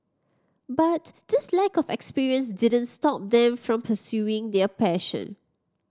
but this lack of experience didn't stop them from pursuing their passion